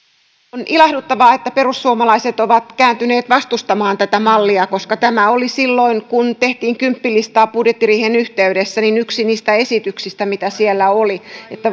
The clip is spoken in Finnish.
on ilahduttavaa että perussuomalaiset ovat kääntyneet vastustamaan tätä mallia koska tämä oli silloin kun tehtiin kymppilistaa budjettiriihen yhteydessä yksi niistä esityksistä mitä siellä oli niin että